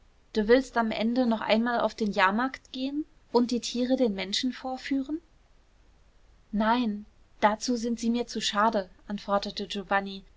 du willst am ende noch einmal auf den jahrmarkt gehen und die tiere den menschen vorführen nein dazu sind sie mir zu schade antwortete giovanni